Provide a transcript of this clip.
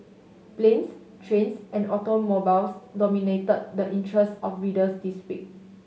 planes trains and automobiles dominated the interests of readers this week